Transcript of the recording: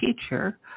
teacher